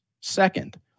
second